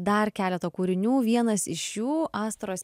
dar keletą kūrinių vienas iš jų astros